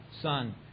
Son